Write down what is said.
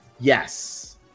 Yes